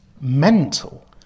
mental